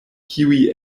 kiuj